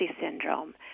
syndrome